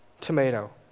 tomato